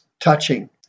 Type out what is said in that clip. touching